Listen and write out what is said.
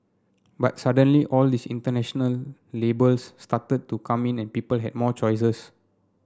but suddenly all these international labels started to come in and people had more choices